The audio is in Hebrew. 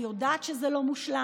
אני יודעת שזה לא מושלם,